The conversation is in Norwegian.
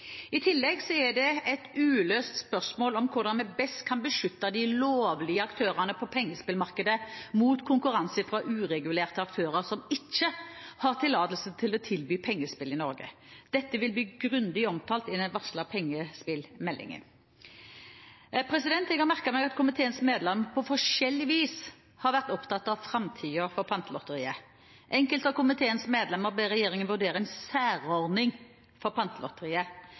I tillegg er det et uløst spørsmål om hvordan vi best kan beskytte de lovlige aktørene på pengespillmarkedet mot konkurranse fra uregulerte aktører som ikke har tillatelse til å tilby pengespill i Norge. Dette vil bli grundig omtalt i den varslede pengespillmeldingen. Jeg har merket meg at komiteens medlemmer, på forskjellig vis, har vært opptatt av framtiden for Pantelotteriet. Enkelte av komiteens medlemmer ber regjeringen vurdere en særordning for Pantelotteriet.